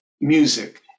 music